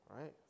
right